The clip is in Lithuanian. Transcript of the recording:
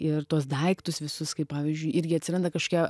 ir tuos daiktus visus kaip pavyzdžiui irgi atsiranda kašokia